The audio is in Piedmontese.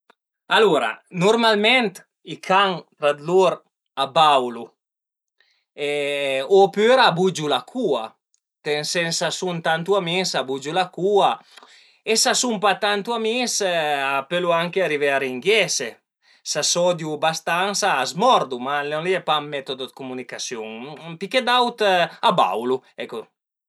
Alura nurmalment i can tra lur a baulu opüra a bugiu la cua, ënt ël sens s'a sun tantu amis a bugiu la cua e s'a sun pa tantu amis a pölu anche arivé a ringhiese, s'a s'odiu bastansa a s'mordu, ma lon li l'e pa ën metodo de comünicasiun, pi che d'aut a baulu ecco